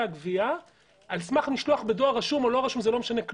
הגבייה על סמך משלוח בדואר רשום או לא רשום זה לא משנה,